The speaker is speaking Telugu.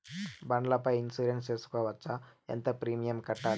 బండ్ల పై ఇన్సూరెన్సు సేసుకోవచ్చా? ఎంత ప్రీమియం కట్టాలి?